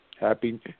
Happy